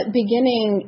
beginning